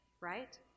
right